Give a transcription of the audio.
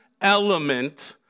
element